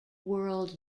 world